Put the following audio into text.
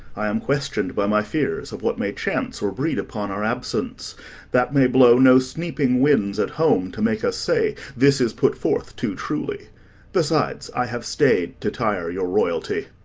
i am question'd by my fears, of what may chance or breed upon our absence that may blow no sneaping winds at home, to make us say, this is put forth too truly besides, i have stay'd to tire your royalty.